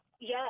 yes